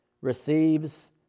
receives